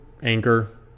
Anchor